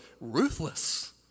ruthless